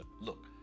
look